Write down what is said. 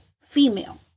female